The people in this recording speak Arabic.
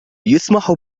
يسمح